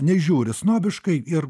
nežiūri snobiškai ir